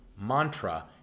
mantra